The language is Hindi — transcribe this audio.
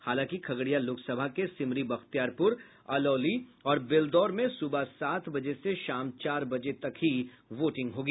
हालांकि खगड़िया लोकसभा के सिमरी बख्तियारपुर अलौली और बेलदौर में सुबह सात बजे से शाम चार बजे तक वोटिंग होगी